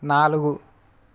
నాలుగు